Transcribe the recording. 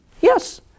Yes